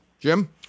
Jim